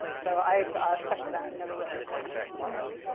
so i've stuck to that and never read anything about writing.